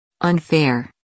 Unfair